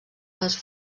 les